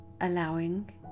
Allowing